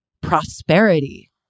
prosperity